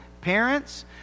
parents